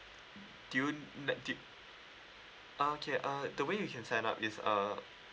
do you like to uh okay uh the way you can sign up is uh